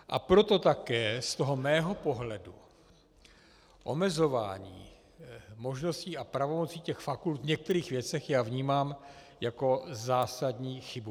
A proto také z toho mého pohledu omezování možností a pravomocí fakult v některých věcech já vnímám jako zásadní chybu.